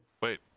Wait